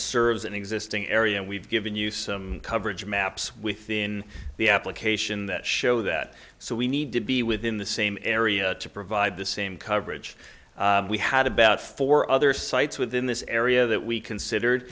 serves an existing area and we've given you some coverage maps within the application that show that so we need to be within the same area to provide the same coverage we had about four other sites within this area that we considered